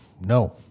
No